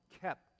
kept